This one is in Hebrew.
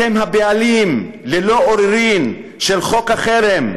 אתם הבעלים, ללא עוררין, של חוק החרם,